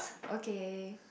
okay